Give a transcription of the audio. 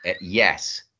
Yes